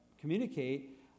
communicate